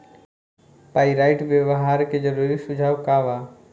Pyrite व्यवहार के जरूरी सुझाव का वा?